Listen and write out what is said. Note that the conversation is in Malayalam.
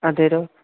അതെയല്ലോ